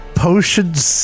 potions